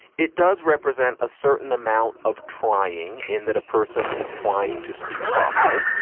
it does represent a certain amount of trying. in that a person is trying to speak properly.